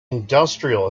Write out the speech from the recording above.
industrial